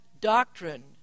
doctrine